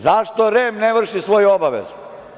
Zašto REM ne vrši svoje obaveze?